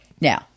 Now